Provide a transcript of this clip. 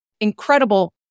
incredible